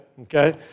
Okay